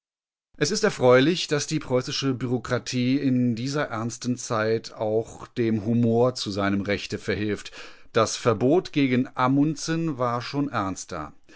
es ist erfreulich daß die preußische bureaukratie in dieser ernsten zeit auch dem humor zu seinem rechte verhilft das verbot gegen amundsen war schon ernster